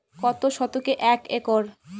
কত শতকে এক একর?